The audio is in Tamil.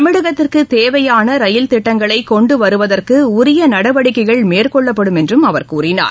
தமிழகத்திற்கு தேவையான ரயில் திட்டங்களை கொண்டுவருவதற்கு உரிய நடவடிக்கைகள் மேற்கொள்ளப்படும் என்றும் அவர் கூறினார்